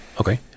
Okay